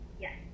Yes